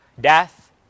Death